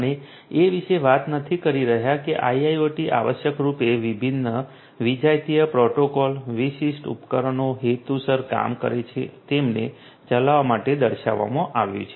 આપણે એ વિશે વાત નથી કરી રહ્યા કે આઇઆઇઓટી આવશ્યક રૂપે વિભિન્ન વિજાતીય પ્રોટોકોલ વિશિષ્ટ ઉપકરણો હેતુસર કામ કરે છે તેમને ચલાવવા માટે દર્શાવવામાં આવ્યું છે